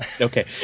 Okay